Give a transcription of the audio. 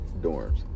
dorms